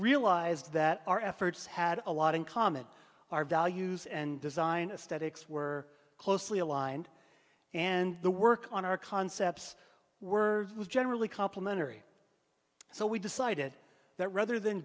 realized that our efforts had a lot in common our values and design a statics were closely aligned and the work on our concepts words was generally complimentary so we decided that rather than